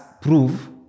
prove